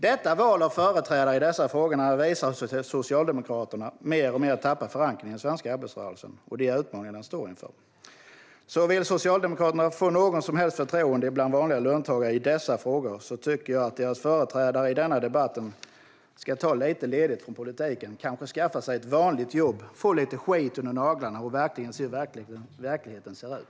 Detta val av företrädare visar hur Socialdemokraterna mer och mer tappar förankringen i den svenska arbetarrörelsen och de utmaningar den står inför. Vill Socialdemokraterna få något som helst förtroende bland vanliga löntagare i dessa frågor tycker jag att deras företrädare i den här debatten ska ta ledigt från politiken, kanske skaffa sig ett vanligt jobb, få lite skit under naglarna och se hur verkligheten ser ut.